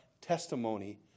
testimony